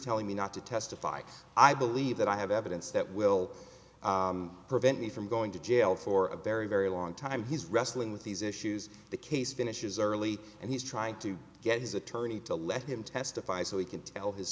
telling me not to testify i believe that i have evidence that will prevent me from going to jail for a very very long time he's wrestling with these issues the case finishes early and he's trying to get his attorney to let him testify so he can tell his